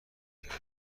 کردن